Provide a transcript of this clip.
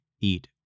eat